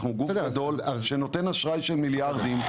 אנחנו גוף גדול שנותן אשראי של מיליארדים,